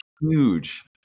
huge